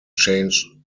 change